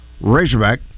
Razorback